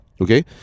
okay